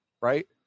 right